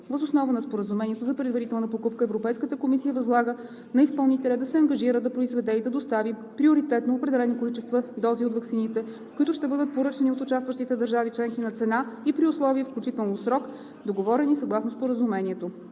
Въз основа на Споразумението за предварителна покупка Европейската комисия възлага на изпълнителя да се ангажира да произведе и да достави приоритетно определени количества дози от ваксините, които ще бъдат поръчани от участващите държави членки на цена и при условия, включително срок, договорени съгласно Споразумението.